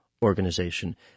Organization